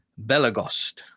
Belagost